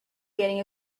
getting